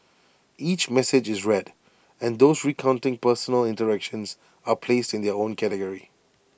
each message is read and those recounting personal interactions are placed in their own category